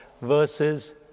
versus